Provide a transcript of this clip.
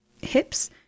hips